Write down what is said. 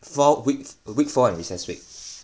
four weeks week four in recess week